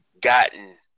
gotten